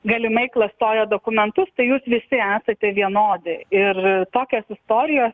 galimai klastojo dokumentus tai jūs visi esate vienodi ir tokios istorijos